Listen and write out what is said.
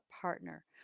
partner